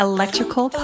Electrical